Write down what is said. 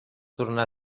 tornar